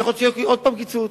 ויכול להיות שיהיה עוד פעם קיצוץ,